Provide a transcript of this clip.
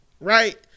right